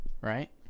Right